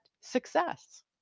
success